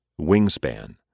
Wingspan